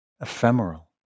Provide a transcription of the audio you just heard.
ephemeral